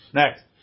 next